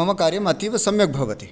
मम कार्यम् अतीव सम्यक् भवति